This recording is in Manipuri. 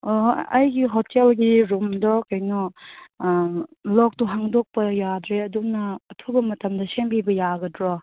ꯑꯣ ꯑꯩꯒꯤ ꯍꯣꯇꯦꯜꯒꯤ ꯔꯨꯝꯗꯣ ꯀꯩꯅꯣ ꯂꯣꯛꯇꯨ ꯍꯥꯡꯗꯣꯛꯄ ꯌꯥꯗ꯭ꯔꯦ ꯑꯗꯨꯅ ꯑꯊꯨꯕ ꯃꯇꯝꯗ ꯁꯦꯝꯕꯤꯕ ꯌꯥꯒꯗ꯭ꯔꯣ